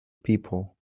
people